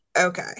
Okay